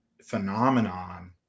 phenomenon